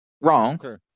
wrong